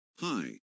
Hi